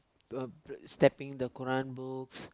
uh stepping the Quran books